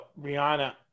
Rihanna